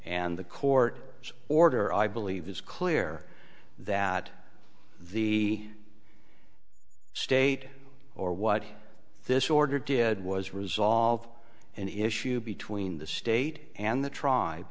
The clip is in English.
and the court order i believe is clear that the state or what this order did was resolve an issue between the state and the tri